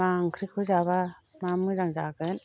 मा ओंख्रिखौ जाब्ला मा मोजां जागोन